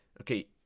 okay